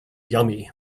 yummy